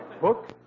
Book